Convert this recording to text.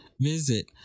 visit